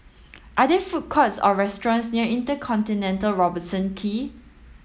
are there food courts or restaurants near InterContinental Robertson Quay